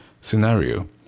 scenario